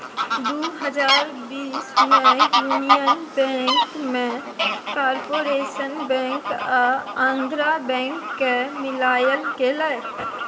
दु हजार बीस मे युनियन बैंक मे कारपोरेशन बैंक आ आंध्रा बैंक केँ मिलाएल गेलै